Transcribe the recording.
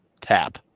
tap